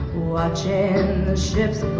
watching the ships